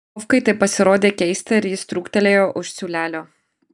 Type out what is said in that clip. vovkai tai pasirodė keista ir jis trūktelėjo už siūlelio